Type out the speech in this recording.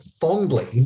fondly